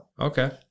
Okay